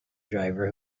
driver